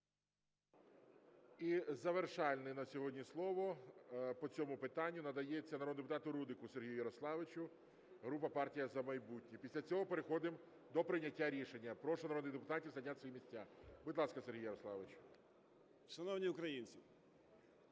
І завершальне на сьогодні слово по цьому питанню надається народному депутату Рудику Сергію Ярославовичу, група "Партія "За майбутнє". Після цього переходимо до прийняття рішення. Прошу народних депутатів зайняти свої місця. Будь ласка, Сергію Ярославовичу.